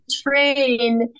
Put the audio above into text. train